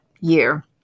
year